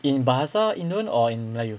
in bahasa indon or in melayu